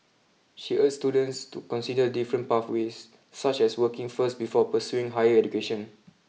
she urges students to consider different pathways such as working first before pursuing higher education